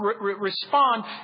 respond